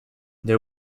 they